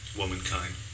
womankind